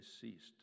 ceased